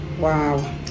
Wow